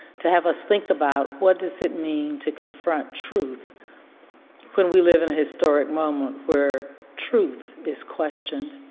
to have us think about what does it mean to confront truth when we live in a historic moment where truth is questioned.